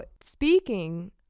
speaking